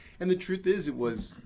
and the truth is it was,